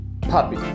puppy